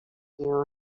you